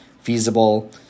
feasible